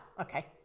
okay